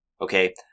Okay